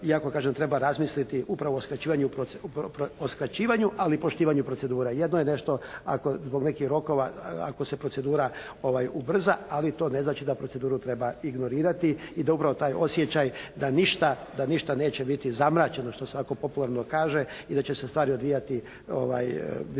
iako kažem treba razmisliti upravo o skraćivanju, ali i poštivanju procedura. Jedno je nešto, ako zbog nekih rokova, ako se procedura ubrza, ali to ne znači da proceduru treba ignorirati i da upravo taj osjećaj da ništa neće biti zamračeno što se ovako popularno kaže i da će se stvari odvijati, biti